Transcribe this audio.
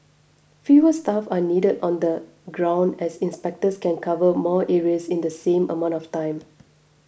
fewer staff are needed on the ground as inspectors can cover more areas in the same amount of time